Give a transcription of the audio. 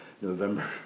November